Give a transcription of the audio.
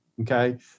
okay